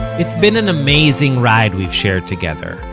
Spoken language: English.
it's been an amazing ride we've shared together.